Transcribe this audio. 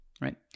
right